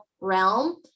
realm